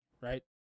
right